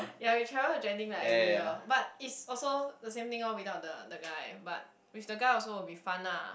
ya we travel to Genting like every year but it's also the same thing lor without the the guy but with the guy also will be fun lar